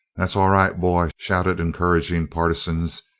that's all right, boy, shouted encouraging partisans.